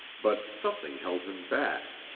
but something held him back.